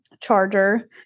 charger